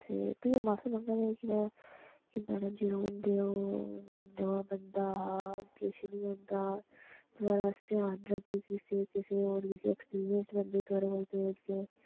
फ्ही ओह् माफी मंगन लगी पे मैडम जी ओह् नमां बंदा हा किश नेईं होंदा थुआढ़े आस्तै अग्गें आस्तै कुसै होर गी भेजगी उसी नेईं भेजगे